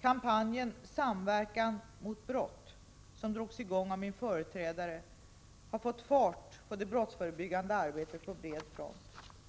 Kampanjen ”samverkan mot brott”, som drogs i gång av min företrädare, har fått fart på det brottsförebyggande arbetet på bred front.